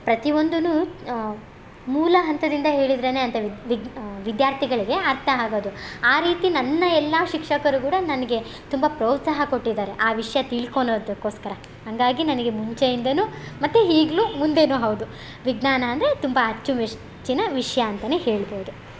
ಪ್ರತಿ ಒಂದೂ ಮೂಲ ಹಂತದಿಂದ ಹೇಳಿದರೇನೆ ಅಂತ ವಿದ ವಿಗ್ನ ವಿದ್ಯಾರ್ಥಿಗಳಿಗೆ ಅರ್ಥ ಆಗೋದು ಆ ರೀತಿ ನನ್ನ ಎಲ್ಲ ಶಿಕ್ಷಕರು ಕೂಡ ನನಗೆ ತುಂಬ ಪ್ರೋತ್ಸಾಹ ಕೊಟ್ಟಿದ್ದಾರೆ ಆ ವಿಷಯ ತಿಳ್ಕೊಳೋದಕ್ಕೋಸ್ಕರ ಹಾಗಾಗಿ ನನಗೆ ಮುಂಚೆಯಿಂದನು ಮತ್ತೆ ಈಗ್ಲು ಮುಂದೆನು ಹೌದು ವಿಜ್ಞಾನ ಅಂದರೆ ತುಂಬ ಅಚ್ಚುಮೆಚ್ಚಿನ ವಿಷಯ ಅಂತ ಹೇಳ್ಬೋದು